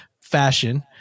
fashion